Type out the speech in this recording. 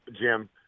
Jim